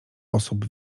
osób